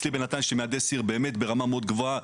אצלי בנתניה יש מהנדס עיר באמת ברמה מאוד גבוהה,